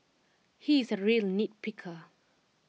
he is A real nitpicker